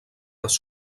les